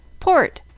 port!